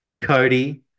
Cody